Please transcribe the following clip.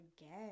again